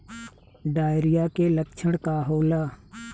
Diarrhoea के लक्षण का होला?